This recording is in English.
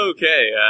Okay